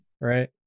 Right